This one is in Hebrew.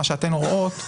מה שאתן רואות,